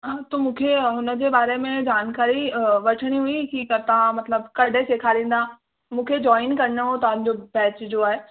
हा त मूंखे उनजे बारे में जानकारी वठिणी हुई की त तव्हां मतिलबु कॾहिं सेखारींदा मूंखे जॉइन करिणो हो तव्हांजो बैच जो आहे